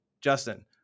Justin